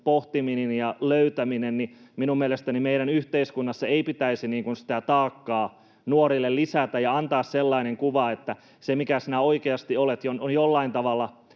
pohtiminen ja löytäminen, niin minun mielestäni meidän yhteiskunnassa ei pitäisi sitä taakkaa nuorille lisätä ja antaa sellaista kuvaa, että se, mikä sinä oikeasti olet, on jollain tavalla